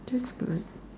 disperse